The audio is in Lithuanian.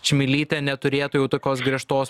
čmilytė neturėtų jau tokios griežtos